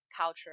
culture